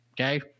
Okay